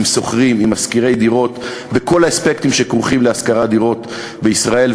עם שוכרים ועם משכירי דירות בכל האספקטים שכרוכים בהשכרת דירות בישראל.